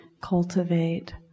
cultivate